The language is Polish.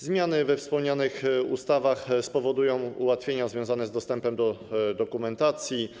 Zmiany we wspomnianych ustawach spowodują ułatwienia związane z dostępem do dokumentacji.